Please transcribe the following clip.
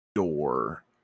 door